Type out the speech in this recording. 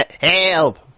help